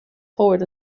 poet